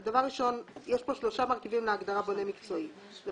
יש פה שלושה מרכיבים להגדרה "בונה מקצועי לפיגומים".